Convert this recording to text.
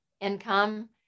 income